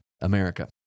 America